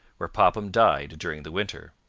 where popham died during the winter.